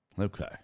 Okay